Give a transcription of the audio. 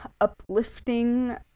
uplifting